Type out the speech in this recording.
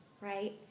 right